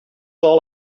all